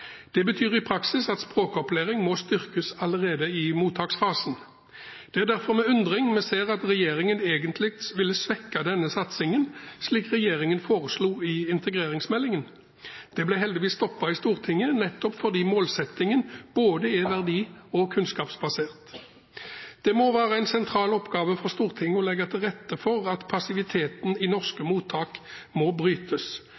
Det betyr i praksis at språkopplæring må styrkes allerede i mottaksfasen. Det er derfor med undring vi ser at regjeringen egentlig ville svekke denne satsingen, slik regjeringen foreslo i integreringsmeldingen. Dette ble heldigvis stoppet i Stortinget nettopp fordi målsettingen er både verdi- og kunnskapsbasert. Det må være en sentral oppgave for Stortinget å legge til rette for at passiviteten i